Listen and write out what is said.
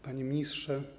Panie Ministrze!